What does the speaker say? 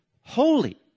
holy